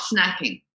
snacking